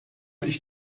ich